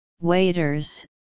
waiters